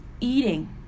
eating